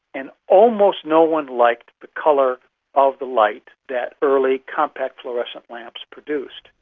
and almost no one liked the colour of the light that early compact fluorescent lamps produced.